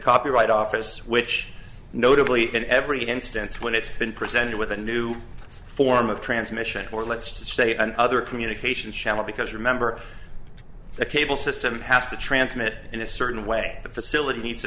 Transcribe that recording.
copyright office which notably in every instance when it's been presented with a new form of transmission or let's say another communication channel because remember the cable system has to transmit in a certain way the facility needs to